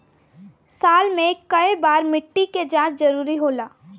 साल में केय बार मिट्टी के जाँच जरूरी होला?